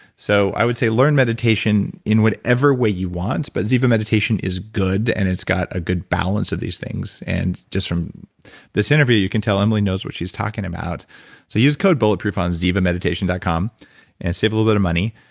so i would say learn meditation in whatever way you want, but ziva meditation is good, and it's got a good balance of these things. and just from this interview, you can tell emily knows what she's talking about so use code bulletproof and on zivameditation dot com and save a little bit of money,